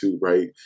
right